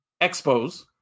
Expos